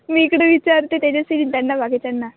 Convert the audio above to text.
मी इकडं विचारते तेजस्विनी आणि त्यांना बाकीच्यांना